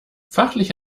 fachlich